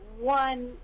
one